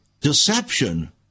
deception